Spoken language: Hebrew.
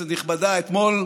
לארץ,